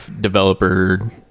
developer